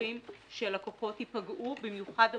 בטוחים שהלקוחות ייפגעו, במיוחד החלשים,